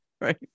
Right